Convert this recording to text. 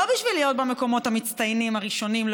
לא בשביל להיות במקומות המצטיינים הראשונים,